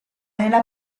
nella